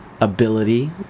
ability